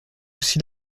aussi